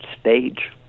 stage